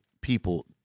people